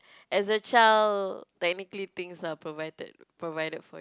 as a child technically things are provided provided